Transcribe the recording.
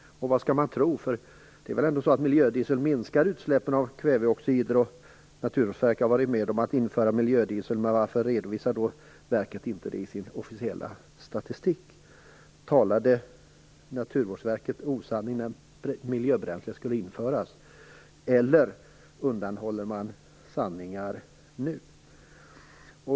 Vad skall man tro? Miljödieseln minskar väl ändå utsläppen av kväveoxider. Naturvårdsverket har ju varit med om att införa miljödiesel. Men varför redovisar verket inte det i sin officiella statistik? Talade Naturvårdsverket osanning då miljöbränslet skulle införas, eller undanhåller man sanningar nu?